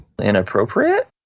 Inappropriate